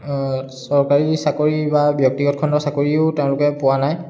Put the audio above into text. চৰকাৰী চাকৰি বা ব্যক্তিগত খণ্ডৰ চাকৰিও তেওঁলোকে পোৱা নাই